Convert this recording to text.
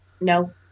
no